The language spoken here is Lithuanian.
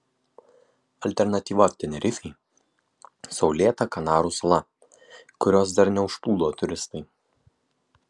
alternatyva tenerifei saulėta kanarų sala kurios dar neužplūdo turistai